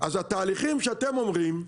אז התהליכים שאתם אומרים,